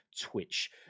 Twitch